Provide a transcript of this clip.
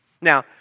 Now